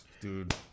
dude